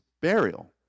burial